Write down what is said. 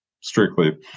Strictly